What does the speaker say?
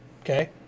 Okay